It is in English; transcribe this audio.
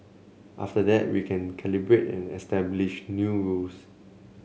after that we can calibrate and establish new rules